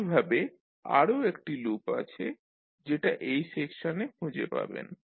একই ভাবে আরো একটি লুপ আছে যেটা এই সেকশনে খুঁজে পাবেন